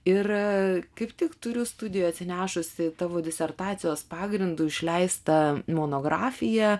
ir kaip tik turiu studijoj atsinešusi tavo disertacijos pagrindu išleistą monografiją